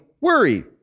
worry